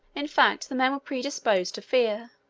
in fact, the men were predisposed to fear.